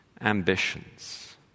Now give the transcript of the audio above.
ambitions